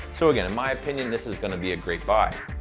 so, again, in my opinion, this is gonna be a great buy.